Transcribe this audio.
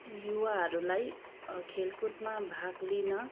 युवाहरूलाई खेलकुदमा भाग लिन